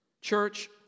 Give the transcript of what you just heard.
Church